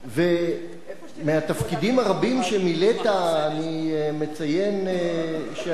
ומהתפקידים הרבים שמילאת אני מציין שהיית